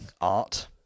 art